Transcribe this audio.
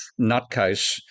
nutcase